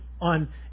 on